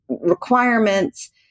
requirements